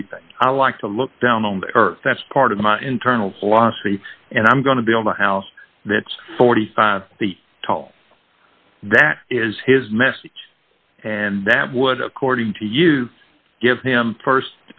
everything i like to look down on the earth that's part of my internal philosophy and i'm going to build a house that's forty five the tall that is his message and that would according to you give him